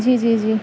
جی جی جی